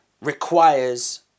requires